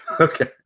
Okay